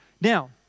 Now